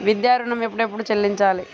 విద్యా ఋణం ఎప్పుడెప్పుడు చెల్లించాలి?